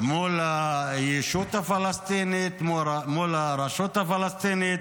מול הישות הפלסטינית, מול הרשות הפלסטינית,